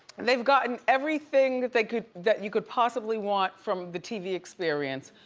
they've gotten everything that they could, that you could possibly want from the tv experience.